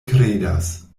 kredas